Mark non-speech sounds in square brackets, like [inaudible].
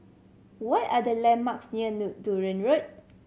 what are the landmarks near [unintelligible] Dunearn Road